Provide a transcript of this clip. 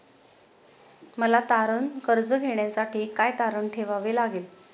मला तारण कर्ज घेण्यासाठी काय तारण ठेवावे लागेल?